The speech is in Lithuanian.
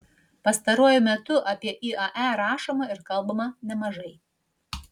pastaruoju metu apie iae rašoma ir kalbama nemažai